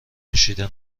نوشیدن